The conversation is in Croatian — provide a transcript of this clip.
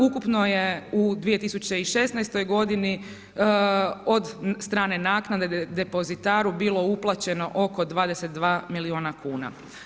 Ukupno je u 2016. godini od strane naknade depozitaru bilo uplaćeno oko 22 miliona kuna.